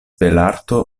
belarto